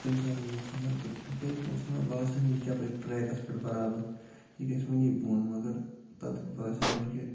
تَمہِ ساتہٕ اوسُس بہٕ کھوژان تہٕ بیٚیہِ یہِ اوس نہٕ مےٚ باسٲنی یہِ کیٛاہ پَکہِ ٹرٛیکَس پٮ۪ٹھ بَرابر یہِ گَژھِ وٕنی بۄن مگر تَتٮ۪تھ باسیو مےٚ کہِ